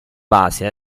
base